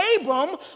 Abram